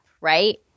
right